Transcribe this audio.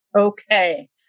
Okay